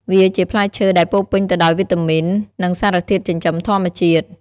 វាជាផ្លែឈើដែលពោរពេញទៅដោយវីតាមីននិងសារធាតុចិញ្ចឹមធម្មជាតិ។